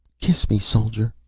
kiss me, soldier.